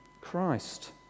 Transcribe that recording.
Christ